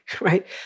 right